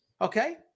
Okay